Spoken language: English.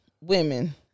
women